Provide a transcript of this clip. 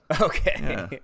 Okay